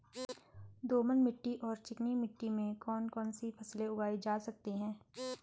दोमट मिट्टी और चिकनी मिट्टी में कौन कौन सी फसलें उगाई जा सकती हैं?